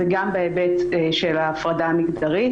וגם בהיבט של ההפרדה המגדרית.